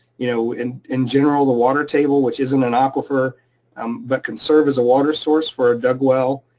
you know in in general, the water table, which isn't an aquifer um but can serve as a water source for a dug well